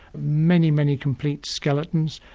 many, many complete skeletons.